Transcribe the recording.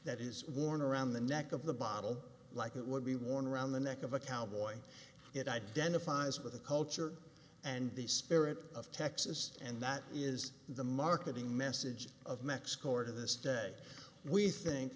that is worn around the neck of the bottle like it would be worn around the neck of a cowboy it identifies with a culture and the spirit of texas and that is the marketing message of mexico or to this day we think